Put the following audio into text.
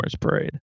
Parade